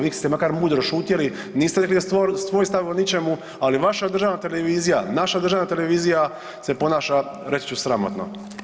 Vi ste makar mudro šutjeli, niste rekli svoj stav o ničemu, ali vaša državna televizija, naša državna televizija se ponaša reći ću sramotno.